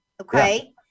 Okay